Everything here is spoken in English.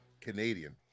canadian